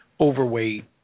overweight